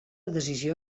decisió